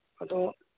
ꯑꯗꯣ